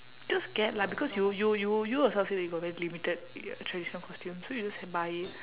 just get lah because you you you you yourself say that you got very limited traditional costume so you just buy it